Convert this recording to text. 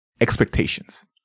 expectations